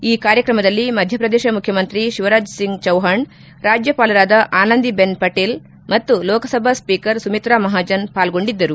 ಈ ಕಾರ್ಯಕ್ರಮದಲ್ಲಿ ಮಧ್ಯಪ್ರದೇಶ ಮುಖ್ಯಮಂತ್ರಿ ಶಿವರಾಜ್ ಸಿಂಗ್ ಚೌಪಾಣ್ ರಾಜ್ಲಪಾಲರಾದ ಆನಂದಿ ಬೆನ್ ಪಟೇಲ್ ಮತ್ತು ಲೋಕಸಭಾ ಸ್ವೀಕರ್ ಸುಮಿತ್ರಾ ಮಹಾಜನ್ ಪಾಲ್ಗೊಂಡಿದ್ದರು